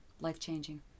life-changing